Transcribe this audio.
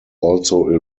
also